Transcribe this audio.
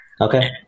Okay